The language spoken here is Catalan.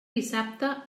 dissabte